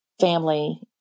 family